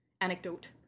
Anecdote